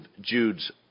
Jude's